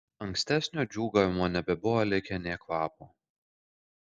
ankstesnio džiūgavimo nebebuvo likę nė kvapo